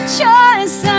choice